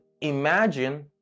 imagine